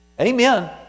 amen